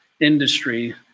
industry